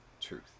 truth